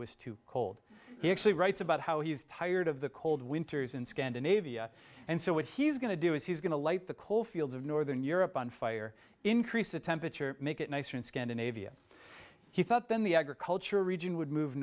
was too cold he actually writes about how he's tired of the cold winters in scandinavia and so what he's going to do is he's going to light the coal fields of northern europe on fire increase the temperature make it nicer in scandinavia he thought then the agriculture region would move